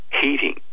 heating